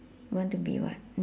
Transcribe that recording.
want to be what